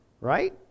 right